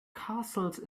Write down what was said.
castles